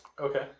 Okay